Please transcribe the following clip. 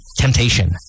temptation